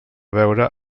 veure